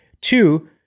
Two